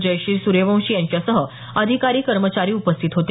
जयश्री सूर्यवंशी यांच्यासह अधिकारी कर्मचारी उपस्थित होते